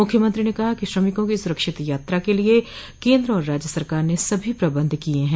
मुख्यमंत्री ने कहा कि श्रमिकों की सुरक्षित यात्रा के लिए केन्द्र और राज्य सरकार ने सभी प्रबन्ध किय हैं